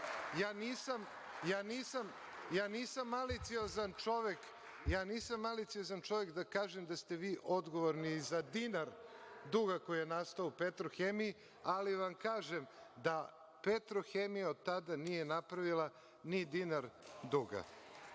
Nisam maliciozan čovek da kažem da ste vi odgovorni za dinara duga koji je nastao u „Petrohemiji“, ali vam kažem da „Petrohemija“ od tada nije napravila ni dinar